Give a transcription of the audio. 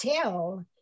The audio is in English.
tell